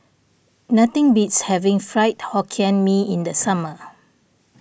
nothing beats having Fried Hokkien Mee in the summer